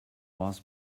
was